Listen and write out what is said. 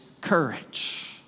courage